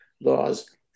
laws